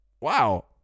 wow